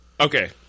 okay